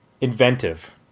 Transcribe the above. inventive